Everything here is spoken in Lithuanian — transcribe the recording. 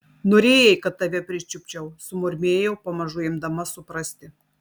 norėjai kad tave pričiupčiau sumurmėjau pamažu imdama suprasti